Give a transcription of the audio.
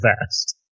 fast